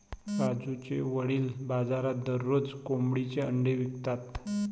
राजूचे वडील बाजारात दररोज कोंबडीची अंडी विकतात